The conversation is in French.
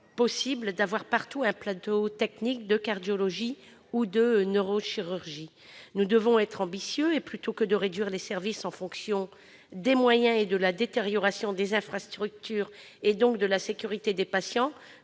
possible d'avoir partout un plateau technique de cardiologie ou de neurochirurgie. Nous devons être ambitieux : plutôt que de réduire les services en fonction des moyens et au gré de la détérioration des infrastructures, et donc de la sécurité des patients,